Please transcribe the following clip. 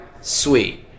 sweet